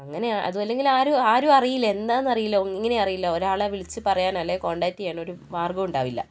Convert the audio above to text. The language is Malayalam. അങ്ങനെ അതുമല്ലെങ്കിൽ ആരു ആരും അറിയില്ല എന്താന്ന് അറിയില്ല എങ്ങനെയും അറിയില്ല ഒരാളെ വിളിച്ച് പറയാൻ അല്ലേൽ കോൺടാക്റ്റ് ചെയ്യാൻ ഒരു മാർഗോം ഉണ്ടാവില്ല